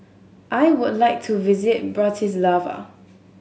I would like to visit Bratislava